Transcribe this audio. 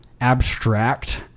abstract